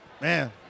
Man